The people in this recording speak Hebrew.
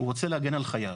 הוא רוצה להגן על חייו.